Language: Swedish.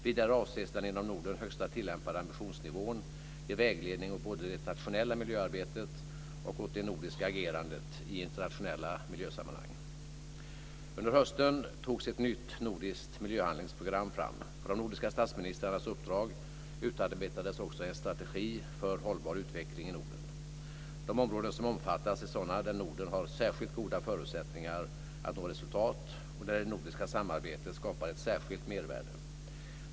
Vidare avses den inom Norden högsta tillämpade ambitionsnivån ge vägledning åt både det nationella miljöarbetet och det nordiska agerandet i internationella miljösammanhang. Under hösten togs ett nytt nordiskt miljöhandlingsprogram fram. På de nordiska statsministrarnas uppdrag utarbetades också en strategi för hållbar utveckling i Norden. De områden som omfattas är sådana där Norden har särskilt goda förutsättningar att nå resultat och där det nordiska samarbetet skapar ett särskilt mervärde.